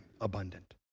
abundant